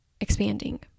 expanding